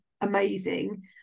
amazing